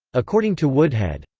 according to woodhead.